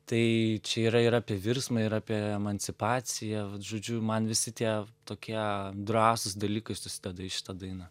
tai čia yra ir apie virsmą ir apie emancipaciją vat žodžiu man visi tie tokie drąsūs dalykai susideda į šitą dainą